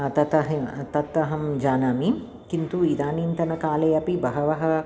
तत् अहं तत् अहं जानामि किन्तु इदानीन्तनकाले अपि बहवः